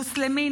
מוסלמי,